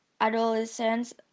adolescents